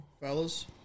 fellas